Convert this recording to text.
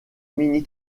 mini